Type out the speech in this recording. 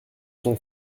son